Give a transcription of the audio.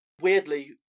Weirdly